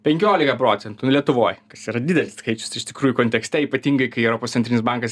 penkiolika procentų lietuvoj kas yra didelis skaičius iš tikrųjų kontekste ypatingai kai europos centrinis bankas